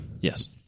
Yes